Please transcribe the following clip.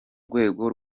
rwego